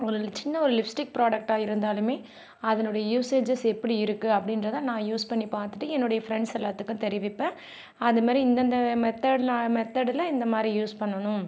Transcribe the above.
ஒரு சின்ன ஒரு லிப்ஸ்டிக் புராடக்ட்டாக இருந்தாலும் அதனுடைய யூசேஜெஸ் எப்படி இருக்கு அப்படின்றத நான் யூஸ் பண்ணி பார்த்துட்டு என்னுடைய ஃபிரெண்ட்ஸ் எல்லாத்துக்கும் தெரிவிப்பேன் அதுமாரி இந்தந்த மெத்தட்லாம் மெத்தடில் இந்த மாதிரி யூஸ் பண்ணணும்